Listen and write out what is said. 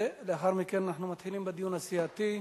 ולאחר מכן אנחנו מתחילים בדיון הסיעתי.